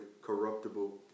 corruptible